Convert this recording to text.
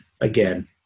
again